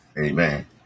Amen